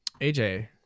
AJ